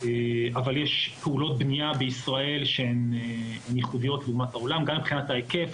אבל יש פעולות בנייה בישראל שהן ייחודיות לעומת העולם גם מבחינת ההיקף,